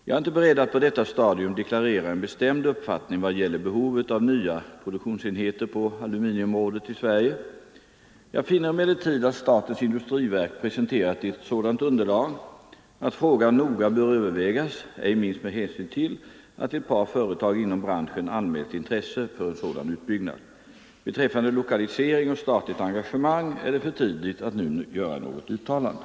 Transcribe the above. Jag är inte beredd att på detta stadium deklarera en bestämd uppfattning vad gäller behovet av nya produktionsenheter på aluminiumområdet i Sverige. Jag finner emellertid att statens industriverk presenterat ett sådant underlag att frågan noga bör övervägas ej minst med hänsyn till att ett par företag inom branschen anmält intresse för en sådan utbyggnad. Beträffande lokalisering och statligt engagemang är det för tidigt att nu göra något uttalande.